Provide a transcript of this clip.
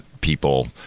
people